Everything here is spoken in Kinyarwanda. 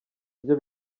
byo